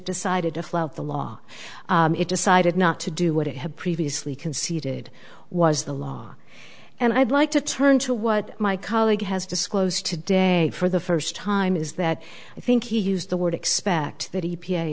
decided to flout the law it decided not to do what it had previously conceded was the law and i'd like to turn to what my colleague has disclosed today for the first time is that i think he used the word expect that he